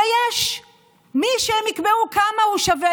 ויש מי שהם יקבעו כמה הוא שווה,